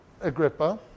Agrippa